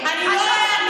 את יכולה להגיד